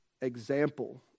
example